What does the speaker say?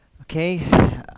Okay